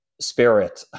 spirit